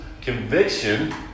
conviction